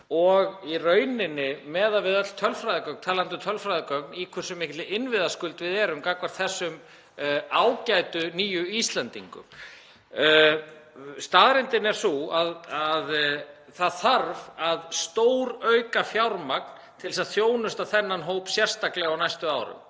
og í rauninni miðað við öll tölfræðigögn — talandi um tölfræðigögn — í hversu mikilli innviðaskuld við erum gagnvart þessum ágætu nýju Íslendingum. Staðreyndin er sú að það þarf að stórauka fjármagn til að þjónusta þennan hóp sérstaklega á næstu árum.